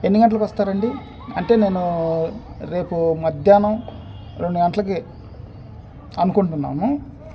ఎన్ని గంటలకు వస్తారండి అంటే నేను రేపు మధ్యాహ్నం రెండు గంటలకి అనుకుంటున్నాము